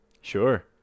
Sure